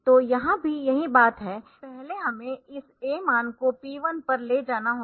तो यहाँ भी यही बात है कि पहले हमें इस A मान को P1 पर ले जाना होगा